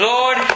Lord